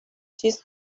چیز